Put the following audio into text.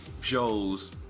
shows